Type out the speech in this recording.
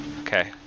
okay